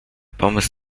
pomysł